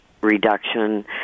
reduction